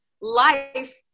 life